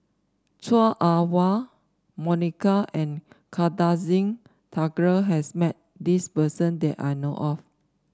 Chua Ah Huwa Monica and Kartar Singh Thakral has met this person that I know of